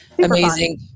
amazing